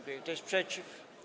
Kto jest przeciw?